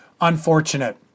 unfortunate